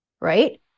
Right